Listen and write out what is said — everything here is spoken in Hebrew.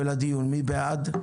מי בעד?